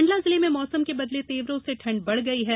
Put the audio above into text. मंडला जिले में मौसम के बदले तेवरों से ठंड बढ़ गई है